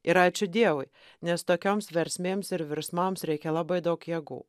ir ačiū dievui nes tokioms versmėms ir virsmams reikia labai daug jėgų